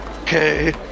Okay